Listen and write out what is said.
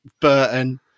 Burton